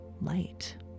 light